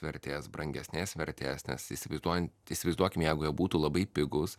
vertės brangesnės vertės nes įsivaizduojant įsivaizduokim jeigų jie būtų labai pigūs